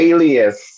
Alias